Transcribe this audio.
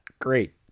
great